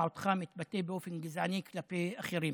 אותך מתבטא באופן גזעני כלפי אחרים.